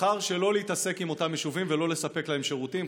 בחר שלא להתעסק עם אותם יישובים ולא לספק להם שירותים,